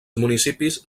municipis